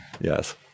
Yes